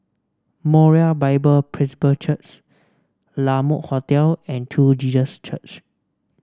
Moriah Bible Presby Church La Mode Hotel and True Jesus Church